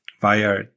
via